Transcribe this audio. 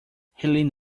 helene